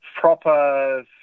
proper